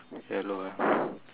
yellow ah